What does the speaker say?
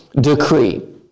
decree